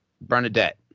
Bernadette